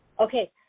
okay